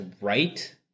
right